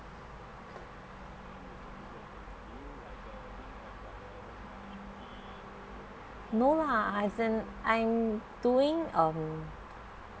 no lah as in I'm doing um